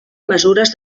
mesures